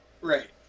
Right